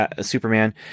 Superman